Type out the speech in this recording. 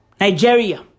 Nigeria